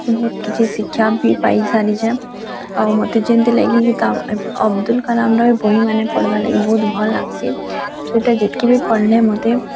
ବହୁତ୍ କିଛି ଶିକ୍ଷା ବି ପାଇ ସାରିଛେ ଆଉ ମୋତେ ଯେନ୍ତି ଲାଗି କି ତା ଅବଦୁଲ୍ କଲାମ୍ର ବହିମାନେ ପଢ଼୍ବା ଲାଗି ବହୁତ୍ ଭଲ୍ ଲାଗ୍ସି ସେଟା ଯେତକି ବି ପଢ଼୍ଲେ ମୋତେ